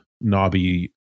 knobby